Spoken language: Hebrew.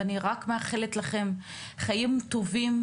ואני רק מאחלת לכם חיים טובים,